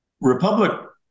Republic